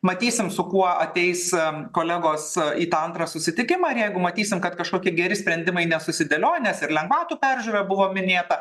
matysim su kuo ateis kolegos a į tą antrą susitikimą ir jeigu matysim kad kažkokie geri sprendimai nesusidėliojo nes ir lengvatų peržiūra buvo minėta